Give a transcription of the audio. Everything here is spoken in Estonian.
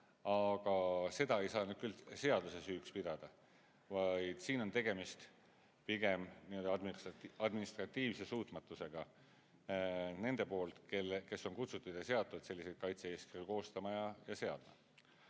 Aga seda ei saa nüüd küll seaduse süüks pidada, vaid siin on tegemist pigem nii-öelda administratiivse suutmatusega nende poolt, kes on kutsutud ja seatud selliseid kaitse-eeskirju koostama ja seadma.